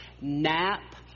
nap